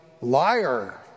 liar